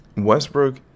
Westbrook